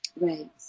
Right